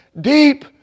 deep